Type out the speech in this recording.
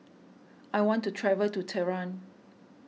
I want to travel to Tehran